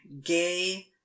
gay